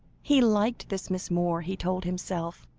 he liked this miss moore, he told himself,